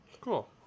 Cool